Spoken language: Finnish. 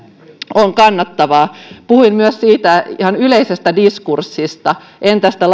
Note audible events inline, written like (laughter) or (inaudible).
on kannattavaa puhuin myös ihan yleisestä diskurssista en tästä (unintelligible)